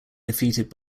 defeated